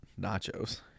nachos